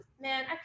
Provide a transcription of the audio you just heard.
man